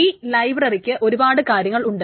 ഈ ലൈബ്രററിക്ക് ഒരുപാട് കാര്യങ്ങൾ ഉണ്ട്